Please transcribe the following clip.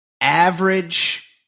average